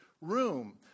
room